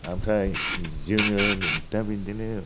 ओमफ्राय जोङो दा बिदिनो